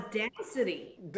audacity